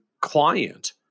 client